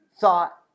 thought